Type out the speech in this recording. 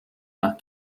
nach